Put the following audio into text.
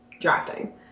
drafting